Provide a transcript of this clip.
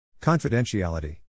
Confidentiality